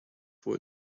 for